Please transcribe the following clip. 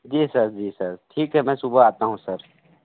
जी sir जी sir ठीक है मैं सुबह आता हूँ सर